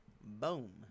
boom